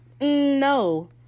No